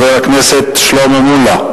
חבר הכנסת שלמה מולה,